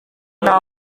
nta